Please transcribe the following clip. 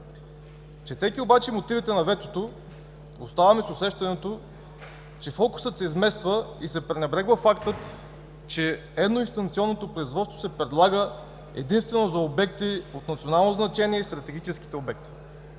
Четейки обаче мотивите на ветото, оставаме с усещането, че фокусът се измества и се пренебрегва фактът, че едноинстанционното производство се предлага единствено за обекти от национално значение и стратегическите обекти.